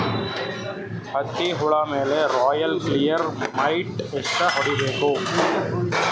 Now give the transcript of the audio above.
ಹತ್ತಿ ಹುಳ ಮೇಲೆ ರಾಯಲ್ ಕ್ಲಿಯರ್ ಮೈಟ್ ಎಷ್ಟ ಹೊಡಿಬೇಕು?